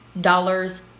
dollars